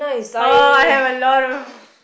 oh I have a lot of